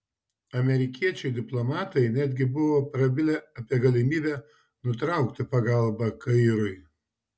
amerikiečiai diplomatai netgi buvo prabilę apie galimybę nutraukti pagalbą kairui